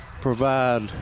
Provide